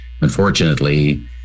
Unfortunately